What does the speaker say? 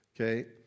okay